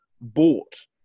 bought